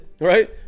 Right